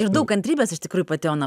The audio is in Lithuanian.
ir daug kantrybės iš tikrųjų pati ona